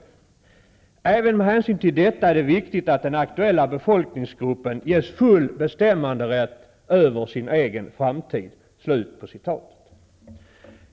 Även med hänsyn till detta är det viktigt att den aktuella befolkningsgruppen ges full bestämmanderätt över sin egen framtid.''